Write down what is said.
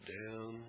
down